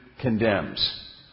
condemns